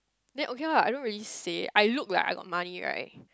then okay lah everybody say I look like I got money right